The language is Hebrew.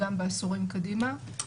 גם עשורים קדימה.